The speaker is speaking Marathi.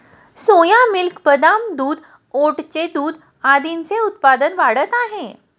सोया मिल्क, बदाम दूध, ओटचे दूध आदींचे उत्पादन वाढत आहे